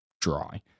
dry